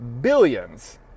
Billions